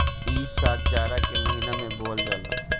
इ साग जाड़ा के महिना में बोअल जाला